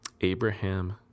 Abraham